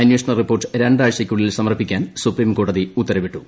അന്വേഷണ റിപ്പോർട്ട് രണ്ടാഴ്ചയ്ക്കുള്ളിൽ സമർപ്പിക്കാനും സുപ്രീകോടതി ഉത്തരവിട്ടു